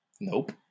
Nope